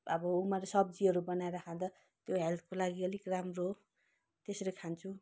अब उमाले सब्जीहरू बनाएर खाँदा त्यो हेल्थको लागि अलिक राम्रो हो त्यसरी खान्छु